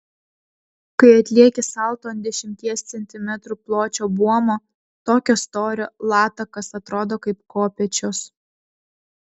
kai atlieki salto ant dešimties centimetrų pločio buomo tokio storio latakas atrodo kaip kopėčios